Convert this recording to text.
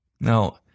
Now